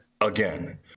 again